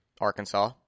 Arkansas